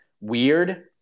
weird